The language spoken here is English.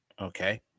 okay